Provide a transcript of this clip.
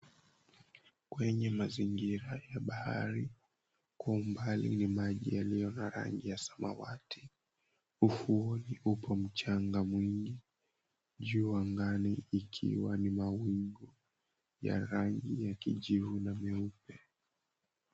Kwenye mazingira ya bahari kwa mbali ni maji yaliyo na rangi ya samawati. Ufuoni upo mchanga mwingi juu angani ikiwa ni mawingu ya rangi ya kijivu na meupe.